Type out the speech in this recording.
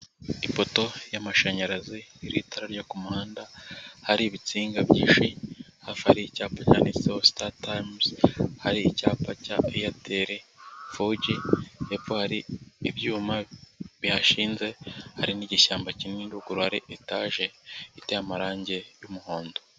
Ipoto y'amashanyarazi iriho itara ryo ku muhanda, hari ibitsinga byinshi, hafi hari icyapa cyanditseho Star times, hari icyapa cya Airtel foji, hepfo hari ibyuma bihashinze, hari n'igishyamba kinini, ruguru hari etaje iteye amarangi y'umuhondo.